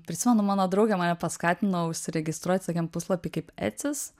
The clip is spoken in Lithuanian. prisimenu mano draugė mane paskatino užsiregistruoti tokiam puslapiui kaip etsis